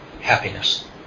happiness